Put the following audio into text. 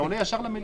זה עולה ישר למליאה.